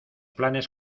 planes